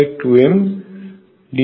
H 22md2dx2